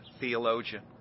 theologian